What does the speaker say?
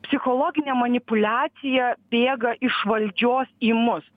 psichologinė manipuliacija bėga iš valdžios į mus